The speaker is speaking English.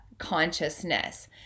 consciousness